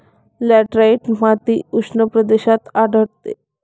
laterite माती उष्ण प्रदेशात आढळते